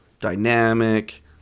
dynamic